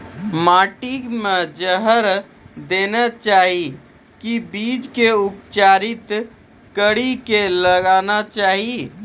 माटी मे जहर देना चाहिए की बीज के उपचारित कड़ी के लगाना चाहिए?